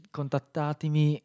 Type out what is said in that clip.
contattatemi